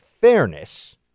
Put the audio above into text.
fairness